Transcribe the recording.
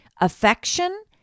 affection